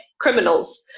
criminals